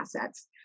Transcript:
assets